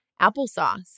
applesauce